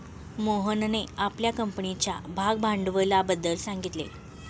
मोहनने आपल्या कंपनीच्या भागभांडवलाबद्दल सांगितले